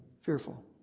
fearful